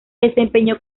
desempeñó